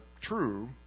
true